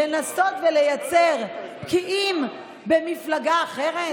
לנסות ולייצר בקיעים במפלגה אחרת?